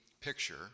picture